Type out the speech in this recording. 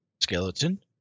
Skeleton